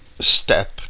step